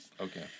Okay